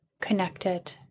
connected